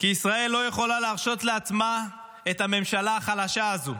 כי ישראל לא יכולה להרשות לעצמה את הממשלה החלשה הזו.